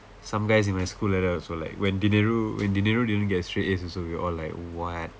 some guys in my school like that also like when deniro when deniro didn't get straight A also we were all like what